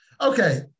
Okay